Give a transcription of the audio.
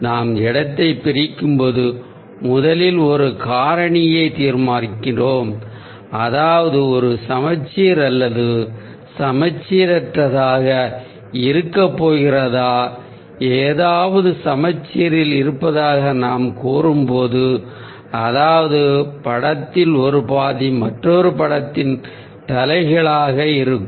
நாம் இடத்தைப் பிரிக்கும்போது முதலில் ஒரு காரணியைத் தீர்மானிக்கிறோம் அதாவது அது சமச்சீர் அல்லது சமச்சீரற்றதாக இருக்கப் போகிறதா ஏதாவது சமச்சீரில் இருப்பதாக நாம் கூறும்போது அதாவது படத்தின் ஒரு பாதி மற்றொரு படத்தின் தலைகீழாக இருக்கும்